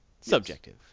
Subjective